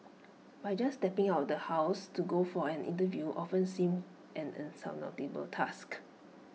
by just stepping out the house to go for an interview often seemed an insurmountable task